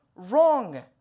wrong